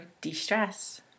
de-stress